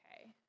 okay